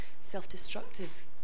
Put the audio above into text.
self-destructive